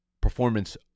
performance